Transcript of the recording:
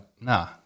Nah